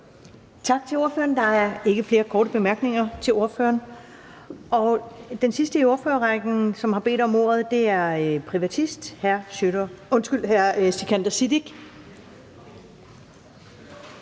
Tak til ordføreren. Der er ikke flere korte bemærkninger til ordføreren. Den sidste i ordførerrækken, som har bedt om ordet, er privatist hr. Sikandar Siddique.